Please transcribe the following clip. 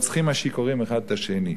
רוצחים השיכורים אחד את השני.